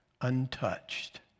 untouched